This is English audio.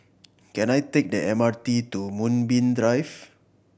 can I take the M R T to Moonbeam Drive